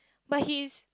but he is